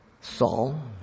Saul